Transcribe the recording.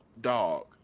dog